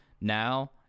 now